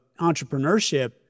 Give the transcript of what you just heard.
entrepreneurship